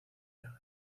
jagger